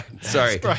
sorry